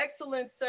excellent